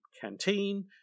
canteen